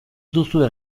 duzue